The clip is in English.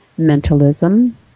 mentalism